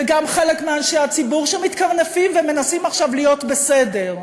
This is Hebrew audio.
וגם חלק מאנשי הציבור שמתקרנפים ומנסים עכשיו להיות בסדר.